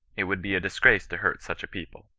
it would be a disgrace to hurt such a people